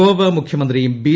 ഗോവ മുഖ്യമന്ത്രിയും ബി